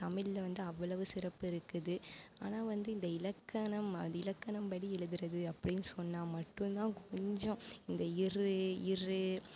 தமிழில் வந்து அவ்வளவு சிறப்பு இருக்குது ஆனால் வந்து இந்த இலக்கணம் அது இலக்கணம்படி எழுதுகிறது அப்படின் சொன்னால் மட்டுந்தான் கொஞ்சம் இந்த ற்று ர்ரு